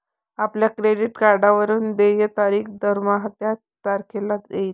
आपल्या क्रेडिट कार्डवरून देय तारीख दरमहा त्याच तारखेला येईल